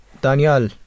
Daniel